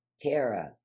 Tara